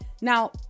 Now